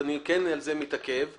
ואני כן מתעכב על זה,